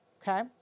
okay